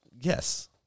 Yes